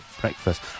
breakfast